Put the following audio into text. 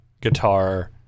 guitar